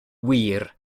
wir